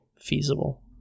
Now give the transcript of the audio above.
feasible